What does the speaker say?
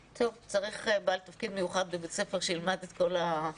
צריך בעל תפקיד מיוחד בבית הספר שילמד את כל התקנות האלה.